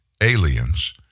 aliens